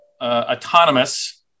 autonomous